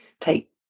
take